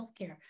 healthcare